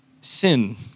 sin